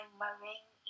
marine